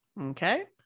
Okay